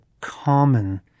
common